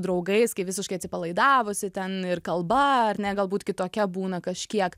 draugais kai visiškai atsipalaidavusi ten ir kalba ar ne galbūt kitokia būna kažkiek